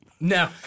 No